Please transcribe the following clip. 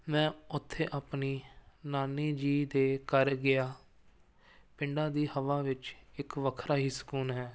ਮੈਂ ਉੱਥੇ ਆਪਣੀ ਨਾਨੀ ਜੀ ਦੇ ਘਰ ਗਿਆ ਪਿੰਡਾਂ ਦੀ ਹਵਾ ਵਿੱਚ ਇੱਕ ਵੱਖਰਾ ਹੀ ਸਕੂਨ ਹੈ